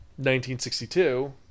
1962